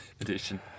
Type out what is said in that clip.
edition